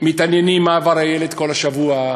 מתעניינים מה עבר הילד כל השבוע,